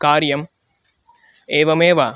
कार्यम् एवमेव